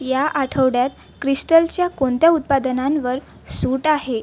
या आठवड्यात क्रिस्टलच्या कोणत्या उत्पादनांवर सूट आहे